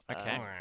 Okay